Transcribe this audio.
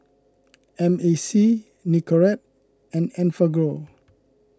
M A C Nicorette and Enfagrow